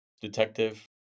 Detective